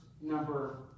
number